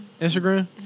Instagram